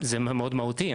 זה מאוד מהותי.